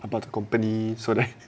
about the company so that